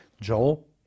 Joel